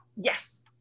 Yes